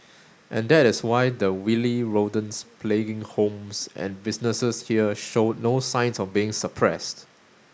and that is why the wily rodents plaguing homes and businesses here show no signs of being suppressed